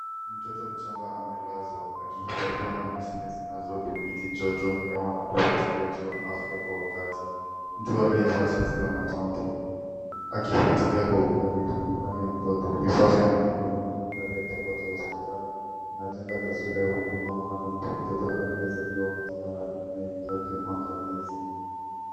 Mtoto mchanga amelazwa akihifadhiwa na mashine zinazodhibiti joto, hewa na ufuatiliaji wa afya kwa wakati. Mtu aliyevaa shati la mapambo akifuatilia kwa ukaribu hali ya mtoto. Vifaa vya matibabu na mandhari ya chumba cha hospitali inajenga taswira ya huduma maalum kwa mtoto aliyezaliwa katika hali inayohitaji uangalizi.